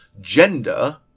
gender